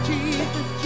Jesus